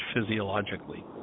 physiologically